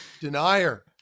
denier